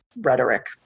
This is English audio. rhetoric